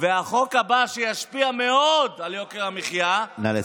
והחוק הבא, שישפיע מאוד על יוקר המחיה, נא לסיים.